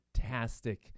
fantastic